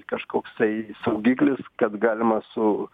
kažkoksai saugiklis kad galima su